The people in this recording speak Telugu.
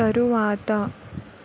తరువాత